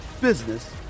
business